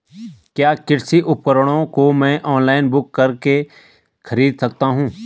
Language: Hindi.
क्या कृषि उपकरणों को मैं ऑनलाइन बुक करके खरीद सकता हूँ?